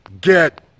get